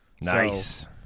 Nice